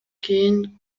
кийин